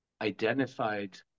identified